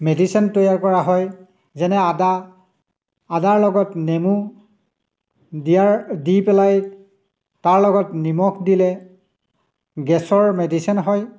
medicine তৈয়াৰ কৰা হয় যেনে আদা আদাৰ লগত নেমু দিয়াৰ দি পেলাই তাৰ লগত নিমখ দিলে গেছৰ মেডিচিন হয়